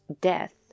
death